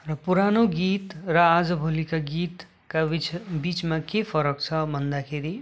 र पुरानो गीत र आजभोलिका गीतका बिच बिचमा के फरक छ भन्दाखेरि